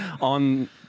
on